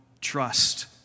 trust